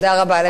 תודה רבה לך.